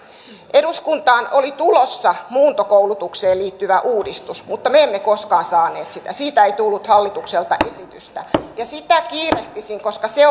eduskuntaan oli tulossa muuntokoulutukseen liittyvä uudistus mutta me emme koskaan saaneet sitä siitä ei tullut hallitukselta esitystä sitä kiirehtisin koska se